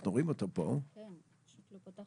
בבקשה לפתוח